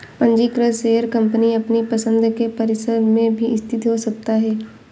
पंजीकृत share company अपनी पसंद के परिसर में भी स्थित हो सकता है